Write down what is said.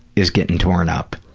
is getting torn up,